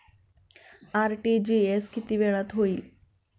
RTGS किती वेळात होईल?